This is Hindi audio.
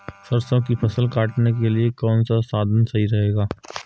सरसो की फसल काटने के लिए कौन सा साधन सही रहेगा?